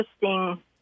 interesting